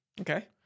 okay